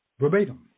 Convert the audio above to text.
verbatim